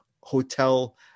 hotel